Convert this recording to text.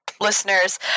listeners